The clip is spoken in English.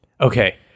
Okay